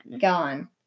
Gone